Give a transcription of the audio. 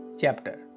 chapter